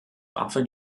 often